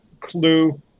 Clue